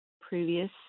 previous